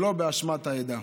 שלא באשמת העדה.